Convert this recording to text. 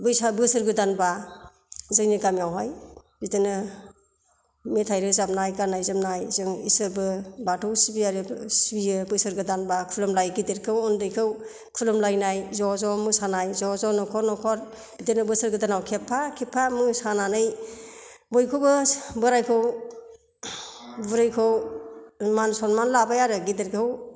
बैसाग बोसोर गोदानबा जोंनि गामियाव हाय बिदिनो मेथाइ रोजाबनाय गाननाय जोमनाय जों इसोरबो बाथौ सिबियारि सिबियो बोसोर गोदानबा खुलुमलाय गिदिरखौ उन्दैखौ खुलुमलायनाय ज' ज' मोसानाय ज' ज' नखर नखर बिदिनो बोसोर गोदानाव खेबफा खेबफा मोसानानै बयखौबो बोरायखौ बुरैखौ मान सनमान लाबाय आरो गिदिरखौ